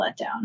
letdown